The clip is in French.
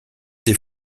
des